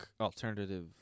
alternative